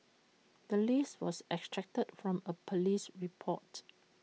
the list was extracted from A Police report